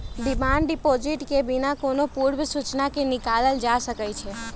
demand deposit के बिनु कोनो पूर्व सूचना के निकालल जा सकइ छै